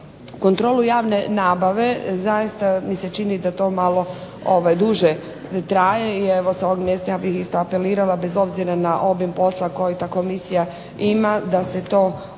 kontrolu javne nabave zaista mi se čini da to malo duže traje i evo s ovog mjesta ja bih apelirala bez obzira na obim posla koji ta komisija ima, da se obavi.